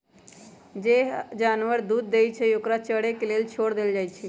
जे जानवर दूध देई छई ओकरा चरे के लेल छोर देल जाई छई